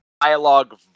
dialogue